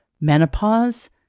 menopause